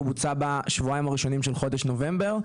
הוא בוצע בשבועיים הראשונים של חודש נובמבר,